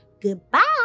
Goodbye